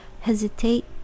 hesitate